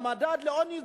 המדד לעוני,